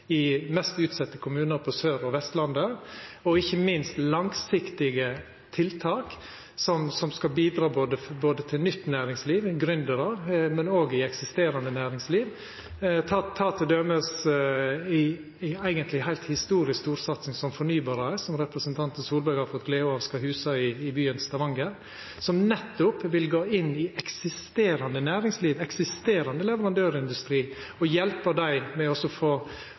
i mest utsette kommunar på Sør- og Vestlandet, og ikkje minst langsiktige tiltak som skal bidra til nytt næringsliv, gründerar, men òg i eksisterande næringsliv. Ta til dømes eigentleg ei heilt historisk storsatsing som Fornybar AS er, som representanten Tvedt Solberg har fått gleda av å husa i byen Stavanger, som nettopp vil gå inn i eksisterande næringsliv, eksisterande leverandørindustri og hjelpa dei med å få